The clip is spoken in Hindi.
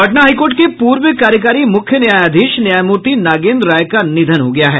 पटना हाई कोर्ट के पूर्व कार्यकारी मुख्य न्यायाधीश न्यायमूर्ति नागेन्द्र राय का निधन हो गया है